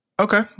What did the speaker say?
Okay